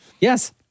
Yes